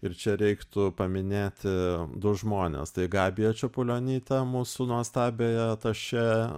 ir čia reiktų paminėti du žmones tai gabija čepulionytė mūsų nuostabiąją atašė